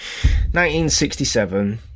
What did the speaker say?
1967